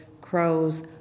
crows